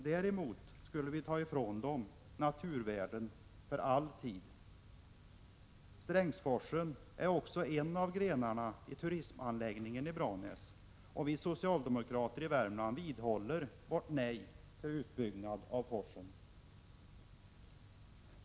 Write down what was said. Däremot skulle vi ta ifrån bygden naturvärden för all tid. Strängsforsen är också en av grenarna i turistanläggningen i Branäs, och vi socialdemokrater i Värmland vidhåller vårt nej till utbyggnad av forsen.